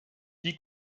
die